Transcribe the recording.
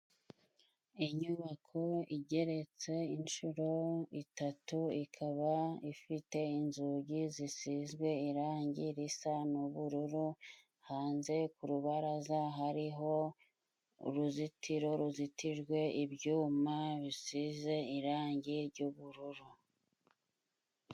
Inyubako igeretse inshuro eshatu ikaba ifite inzugi zisizwe irangi risa n'ubururu hanze ku rubaraza hariho uruzitiro ruzitijwe ibyuma bisize irangi jy'ubururu.